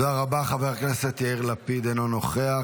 זה לא בית העם, זה לא קיבוץ פה.